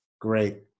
Great